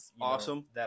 Awesome